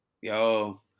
Yo